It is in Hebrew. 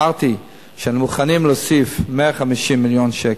אמרתי שהם מוכנים להוסיף 150 מיליון שקל,